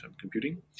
computing